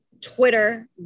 Twitter